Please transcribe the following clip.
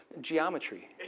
geometry